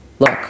look